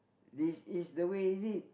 this is the way is it